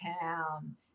town